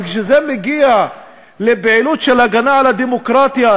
וכשזה מגיע לפעילות של הגנה על הדמוקרטיה,